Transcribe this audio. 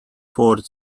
forth